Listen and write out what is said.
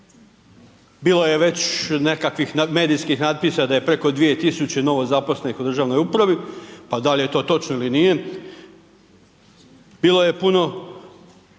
bilo je već nekakvih medijskih natpisa da je preko 2000 novozaposlenih u državnoj upravi, pa dal' je to točno ili nije. Bilo je puno